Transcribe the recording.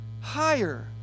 higher